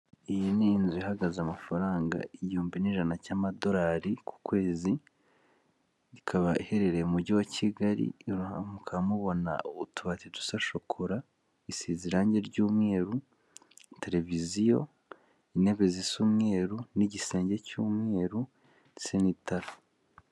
Iyi ni inzu ihagaze amafaranga igihumbi n'ijana cy'amadorari ku kwezi, ikaba iherereye mu mujyi wa Kigali, mukaba mubona utubari dusa shokora isize irangi ry'umweru, televiziyo, intebe zisa umweru n'igisenge cy'umweru ndetse n'itara .